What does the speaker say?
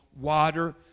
water